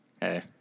Hey